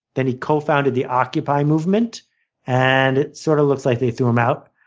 then he cofounded the occupy movement and it sort of looks like they threw him out.